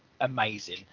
amazing